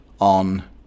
on